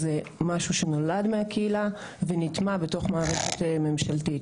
זה משהו שנולד מהקהילה ונטמע בתוך מערכת ממשלתית.